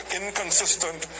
inconsistent